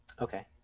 Okay